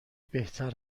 بهتر